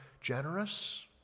generous